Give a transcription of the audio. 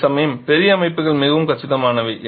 அதேசமயம் பெரிய அமைப்புகள் மிகவும் கச்சிதமானவை